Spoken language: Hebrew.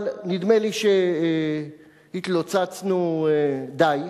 נדמה לי שהתלוצצנו די,